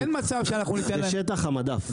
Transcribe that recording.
זה שטח המדף.